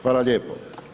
Hvala lijepo.